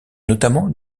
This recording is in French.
notamment